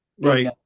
right